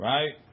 Right